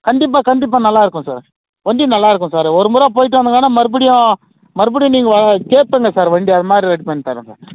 கண்டிப்பாக கண்டிப்பாக நல்லாருக்கும் சார் வண்டி நல்லாருக்கும் சார் ஒரு முறை போயிவிட்டு வந்திங்கன்னா மறுபடியும் மறுபடியும் நீங்கள் கேட்பிங்க சார் வண்டி அது மாதிரி ரெடி பண்ணி தரோ சார்